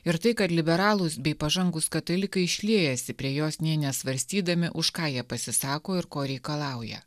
ir tai kad liberalūs bei pažangūs katalikai šliejasi prie jos nė nesvarstydami už ką jie pasisako ir ko reikalauja